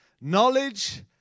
knowledge